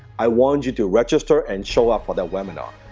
i want you to register and show up for that webinar.